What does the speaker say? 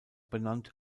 benannt